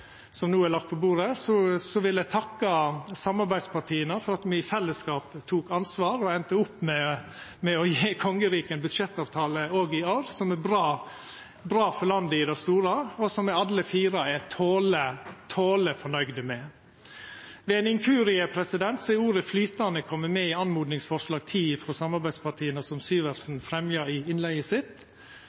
som no er lagde på bordet, vil eg takka samarbeidspartia for at me i fellesskap tok ansvar og enda opp med å gje kongeriket ein budsjettavtale òg i år, som er bra for landet i det store, og som me alle fire er tolleg fornøgde med. Ved ein inkurie er ordet «flytande» kome med i oppmodingsforslag nr. 10 frå samarbeidspartia, som Syversen fremja i innlegget sitt.